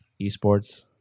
esports